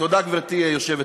תודה, גברתי יושבת-הראש.